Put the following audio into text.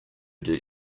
did